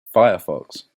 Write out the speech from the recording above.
firefox